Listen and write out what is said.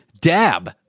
Dab